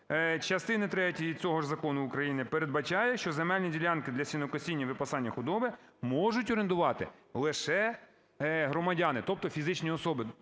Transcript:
частини третьої цього закону України передбачає, що земельні ділянки для сінокосіння і випасання худоби можуть орендувати лише громадяни, тобто фізичні особи,